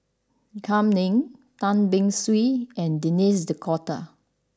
Kam Ning Tan Beng Swee and Denis D'Cotta